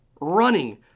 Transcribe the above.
running